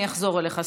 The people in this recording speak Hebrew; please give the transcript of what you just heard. אני אחזור אליך.